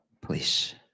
Please